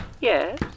Yes